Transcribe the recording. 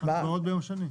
קבעתם הצבעות ביום שני.